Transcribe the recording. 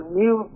new